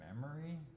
memory